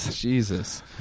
Jesus